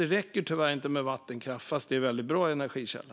Det räcker tyvärr inte med vattenkraft, fast det är en väldigt bra energikälla.